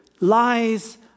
lies